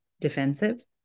defensive